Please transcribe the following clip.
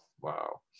Wow